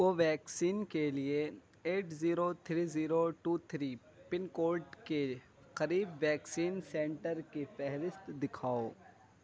کوویکسین کے لیے eight zero three zero two three pin code کے قریب ویکسین سنٹر کی فہرست دکھاؤ